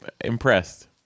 impressed